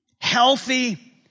healthy